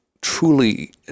truly